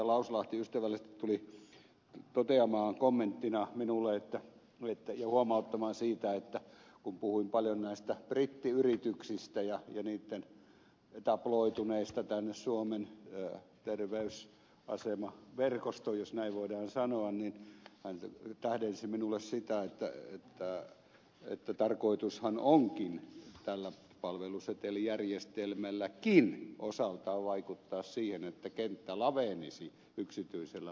lauslahti ystävällisesti tuli toteamaan kommenttina minulle ja huomauttamaan siitä että kun puhuin paljon näistä brittiyrityksistä ja niitten etabloitumisesta tänne suomen terveysasemaverkostoon jos näin voidaan sanoa niin hän tähdensi minulle sitä että tarkoitushan onkin tällä palvelusetelijärjestelmälläkin osaltaan vaikuttaa siihen että kenttä lavenisi yksityisellä puolella